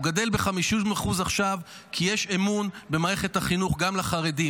הוא גדל ב-50% עכשיו כי יש אמון במערכת החינוך גם לחרדים,